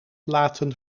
laten